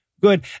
good